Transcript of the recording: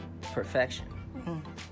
Perfection